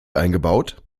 eingebaut